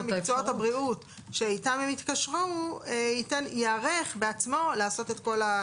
מקצועות הבריאות שאיתו הם יתקשרו ייערך בעצמו לעשות את כל הפעולות האלה.